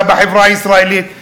בחברה הישראלית?